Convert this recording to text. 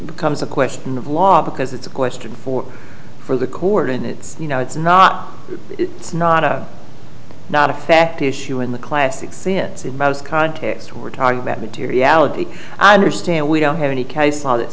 becomes a question of law because it's a question for for the court and it's you know it's not it's not a not a fact issue in the classic c it seem out of context we're talking about materiality i understand we don't have any case law that